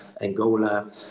Angola